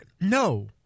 No